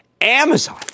Amazon